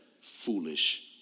foolish